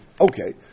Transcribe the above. Okay